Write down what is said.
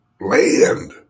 land